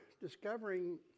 discovering